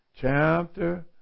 chapter